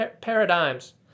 paradigms